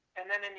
and then,